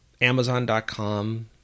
Amazon.com